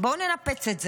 בואו ננפץ את זה,